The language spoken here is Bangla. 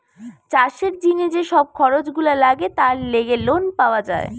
চাষের জিনে যে সব খরচ গুলা লাগে তার লেগে লোন পাওয়া যায়